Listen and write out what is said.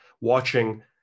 watching